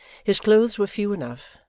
his clothes were few enough,